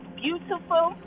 beautiful